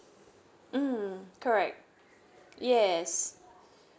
mm correct yes